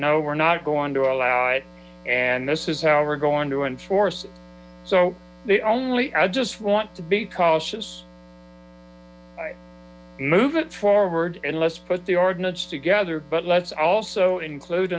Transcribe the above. no we're not going to allow it and this is how we're going to enforce it so they only i just want to be cautious move it forward and let's put the ordinance together but let's also include